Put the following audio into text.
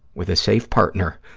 with a safe partner,